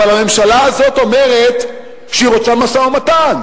אבל הממשלה הזאת אומרת שהיא רוצה משא-ומתן,